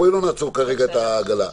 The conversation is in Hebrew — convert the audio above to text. בואי לא נעצור כרגע את העגלה.